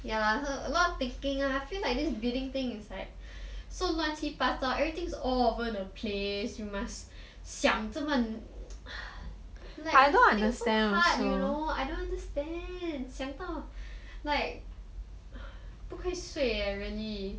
ya lah so a lot of thinking ah I feel like this bidding thing is like so 乱七八糟 everything's all over the place you must 想这么 must think so hard you know I don't understand 想到 like 不可以睡 eh really